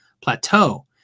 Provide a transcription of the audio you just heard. plateau